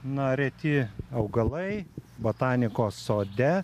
na reti augalai botanikos sode